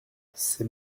ces